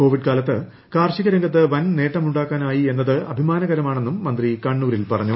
Covid കാലത്ത് കാർഷിക രംഗത്ത് വൻ നേട്ടമുണ്ടാക്കാ നായി എന്നത് അഭിമാനകരമാണെന്നും മന്ത്രി കണ്ണൂരിൽ പറഞ്ഞു